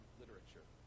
literature